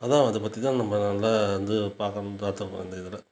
அதான் அதை பற்றி தான் நம்ப நல்லா வந்து பார்க்கணும் பார்த்தோம் இப்போ இந்த இதில்